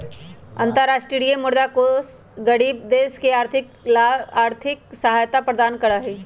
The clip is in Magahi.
अन्तरराष्ट्रीय मुद्रा कोष गरीब देश के विकास ला आर्थिक सहायता प्रदान करा हई